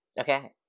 Okay